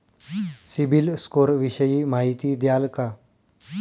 CIBIL score विषयी माहिती द्याल का?